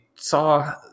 saw